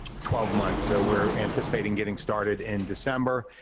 twelve months, so we're anticipating getting started in december,